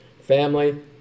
family